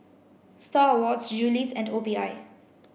Star Awards Julie's and O P I